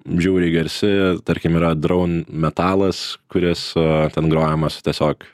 žiauriai garsi tarkim yra droun metalas kuris ten grojamas tiesiog